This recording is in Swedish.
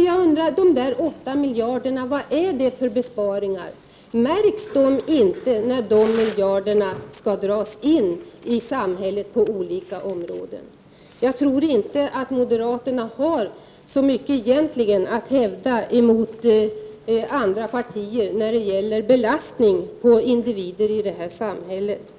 Jag undrar vad dessa 8 miljarder är för besparingar. Märks det inte när dessa miljarder skall dras in på olika områden i samhället? Jag tror inte att moderaterna egentligen har så mycket att hävda gentemot andra partier när det gäller belastning på individer i det här samhället.